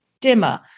dimmer